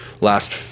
last